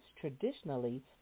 traditionally